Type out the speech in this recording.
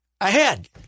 ahead